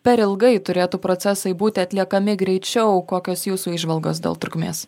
per ilgai turėtų procesai būti atliekami greičiau kokios jūsų įžvalgos dėl trukmės